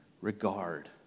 regard